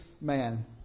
man